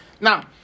now